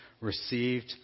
received